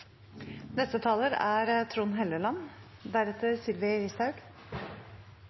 Neste talar er